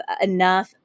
enough